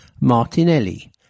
Martinelli